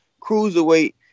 cruiserweight